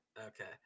Okay